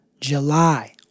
July